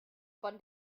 von